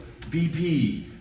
BP